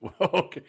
okay